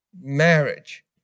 marriage